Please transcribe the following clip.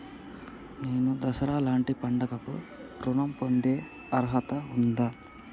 నేను దసరా లాంటి పండుగ కు ఋణం పొందే అర్హత ఉందా?